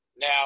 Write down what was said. Now